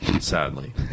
Sadly